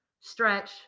stretch